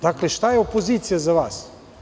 Dakle, šta je opozicija za vas?